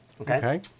Okay